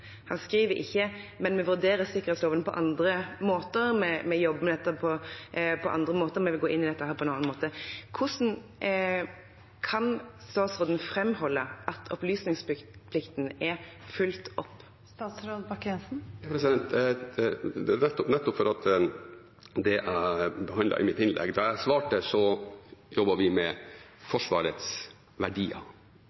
Han skriver ikke: Men vi vurderer sikkerhetsloven på andre måter, vi jobber med dette på andre måter, vi vil gå inn i dette på en annen måte. Hvordan kan statsråden framholde at opplysningsplikten er fulgt opp? Nettopp ut fra det jeg behandlet i mitt innlegg. Da jeg svarte, jobbet vi med